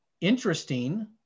interesting